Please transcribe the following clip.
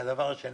והדבר השני?